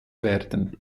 werden